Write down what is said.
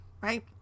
right